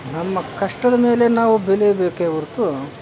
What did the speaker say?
ನಮ್ಮ ಕಷ್ಟದ ಮೇಲೆ ನಾವು ಬೆಳಿಬೇಕೆ ಹೊರತು